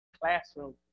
Classroom